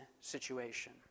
situation